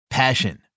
Passion